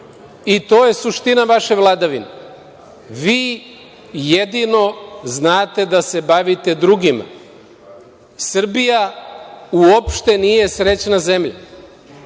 I to je suština vaše vladavine. Vi jedino znate da se bavite drugima. Srbija uopšte nije srećna zemlja.